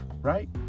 right